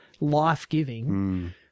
life-giving